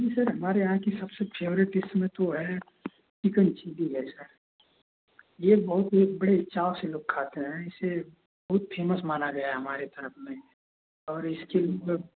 जी sir हमारे यहाँ की सबसे फेवरेट डिश में तो है चिकन चिली है सर यह बहुत ही बड़े चाव से लोग खाते हैं इसे बहुत फेमस माना गया है हमारी तरफ़ में और इसकी